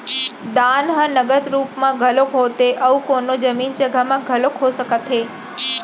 दान ह नगद रुप म घलोक होथे अउ कोनो जमीन जघा म घलोक हो सकत हे